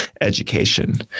education